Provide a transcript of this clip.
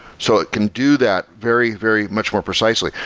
so it can do that very, very much for precisely.